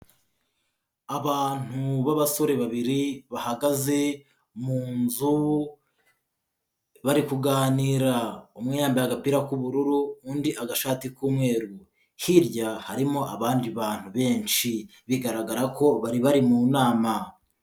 Abantu b'abasore babiri bahagaze mu nzu bari kuganira, umwe yambaye agapira k'ubururu undi agashati k'umweru, hirya harimo abandi bantu benshi, bigaragara ko bari bari mu nama.